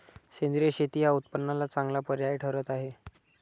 सेंद्रिय शेती हा उत्पन्नाला चांगला पर्याय ठरत आहे